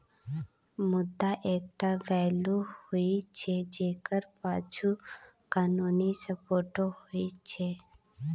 मुद्रा एकटा वैल्यू होइ छै जकर पाछु कानुनी सपोर्ट होइ छै